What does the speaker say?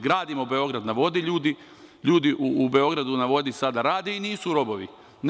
Gradimo „Beograd na vodi“, ljudi u „Beogradu na vodi“ sada rade i nisu robovi.